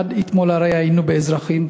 עד אתמול הרי היינו כאזרחים,